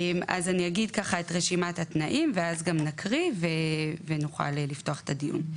אני אגיד את רשימת התנאים ואז גם נקריא ונוכל לפתוח את הדיון.